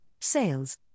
sales